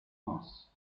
loss